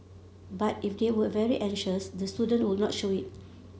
but if they were very anxious the students will not show it